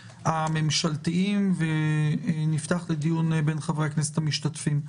הממשלתיים ונפתח את הדיון לחברי הכנסת המשתתפים.